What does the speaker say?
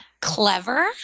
Clever